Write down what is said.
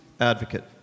advocate